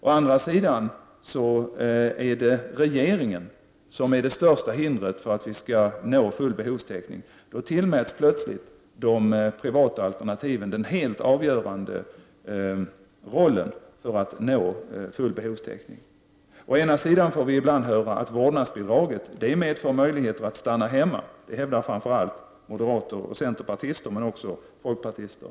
Å andra sidan säger man att det är regeringen som är det största hindret för att vi skall nå full behovstäckning. Då tillmäts plötsligt de privata alternativen den helt avvgörande betydelsen för att nå full behovstäckning. Å ena sidan får vi ibland höra att vårdnadsbidraget medför möjligheter att stanna hemma — det hävdar framför allt moderater och centerpartister, men också folkpartister.